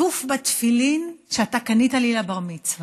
עטוף בתפילין שאתה קנית לי לבר-מצווה,